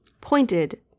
pointed